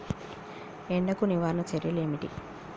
ఎండకు నివారణ చర్యలు ఏమిటి?